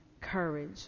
courage